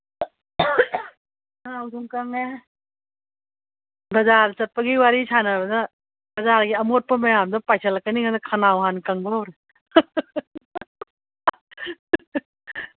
ꯕꯖꯥꯔ ꯆꯠꯄꯒꯤ ꯋꯥꯔꯤ ꯁꯥꯟꯅꯕꯗ ꯕꯖꯥꯔꯒꯤ ꯑꯃꯣꯠꯄ ꯃꯌꯥꯝꯗꯨ ꯄꯥꯏꯁꯜꯂꯛꯅꯤ ꯈꯟꯕꯗ ꯈꯅꯥꯎ ꯍꯥꯟꯅ ꯀꯪꯕ ꯍꯧꯔꯦ